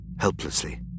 Helplessly